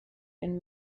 and